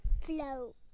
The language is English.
float